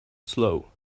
slow